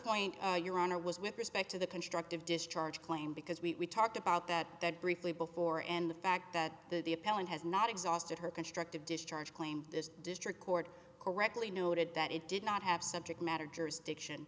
point your honor was with respect to the constructive discharge claim because we talked about that that briefly before and the fact that the appellant has not exhausted her constructive discharge claimed this district court correctly noted that it did not have subject matter jurisdiction